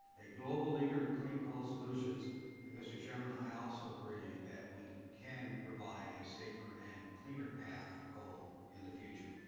a global leader in clean coal solutions and, mr. chairman, i also agree that we can provide a safer and cleaner path for coal in the future.